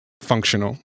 functional